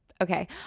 Okay